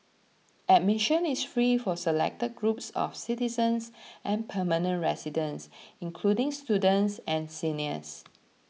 admission is free for selected groups of citizens and permanent residents including students and seniors